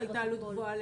כן.